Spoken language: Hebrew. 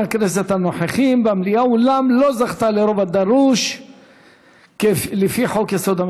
הכנסת הנוכחים במליאה אולם לא זכתה לרוב הדרוש לפי חוק-יסוד: